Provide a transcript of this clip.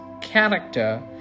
character